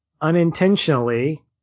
unintentionally